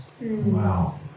Wow